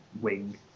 wing